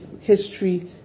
history